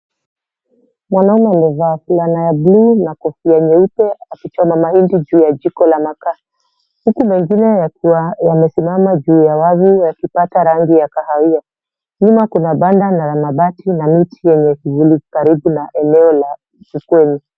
Mwanaume amevaa fulana ya bluu na kofia nyeupe akichoma mahindi juu ya jiko la makaa huku mengine yakiwa yamesimama juu ya wavu yakipata rangi ya kahawia. Nyuma kuna banda la mabati na miti yenye kivuli karibu na eneo la ufukweni.